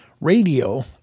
radio